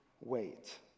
Wait